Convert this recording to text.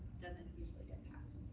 doesn't usually get passed.